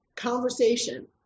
conversation